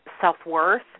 self-worth